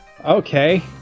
Okay